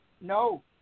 No